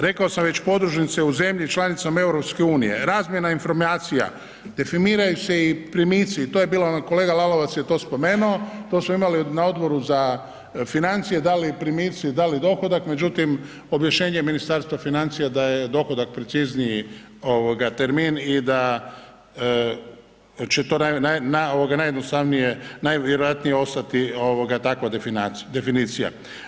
Rekao sam već podružnice u zemlji članicom EU, razmjena informacija, definiraju se i primici i to je bila ono kolega Lalovac je to spomenuo, to smo imali na odboru za financije, da li primici, da li dohodak, međutim objašnjenje je Ministarstva financija da je dohodak precizniji ovoga termin i da će to ovoga najjednostavnije, najvjerojatnije ostati ovoga takva definicija.